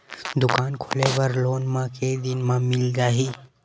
दुकान खोले बर लोन मा के दिन मा मिल जाही?